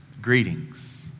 greetings